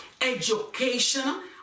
Education